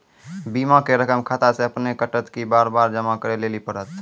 बीमा के रकम खाता से अपने कटत कि बार बार जमा करे लेली पड़त?